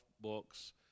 books